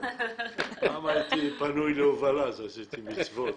פעם הייתי פנוי להובלה, אז עשיתי מצוות.